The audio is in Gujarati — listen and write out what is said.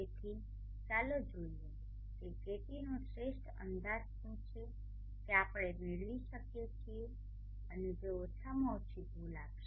તેથી ચાલો જોઈએ કે KTનો શ્રેષ્ઠ અંદાજ શું છે કે આપણે મેળવી શકીએ છીએ અને જે ઓછામાં ઓછી ભૂલ આપશે